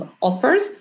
offers